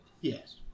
Yes